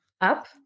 up